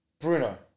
Bruno